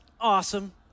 Awesome